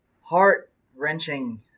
heart-wrenching